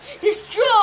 Destroy